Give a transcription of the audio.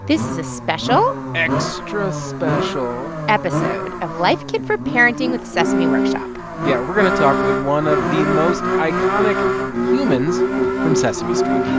this is a special. extra special. episode of life kit for parenting with sesame workshop yeah. we're going to talk with one of the most iconic humans from sesame street.